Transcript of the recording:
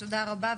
תודה רבה.